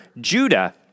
Judah